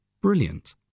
brilliant